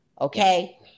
okay